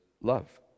love